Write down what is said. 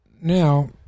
Now